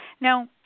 Now